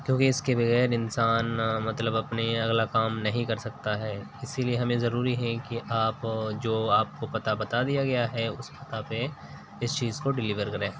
کیونکہ اس کے بغیر انسان مطلب اپنے اگلا کام نہیں کر سکتا ہے اسی لیے ہمیں ضروری ہے کہ آپ جو آپ کو پتہ بتا دیا گیا ہے اس پتہ پہ اس چیز کو ڈلیور کریں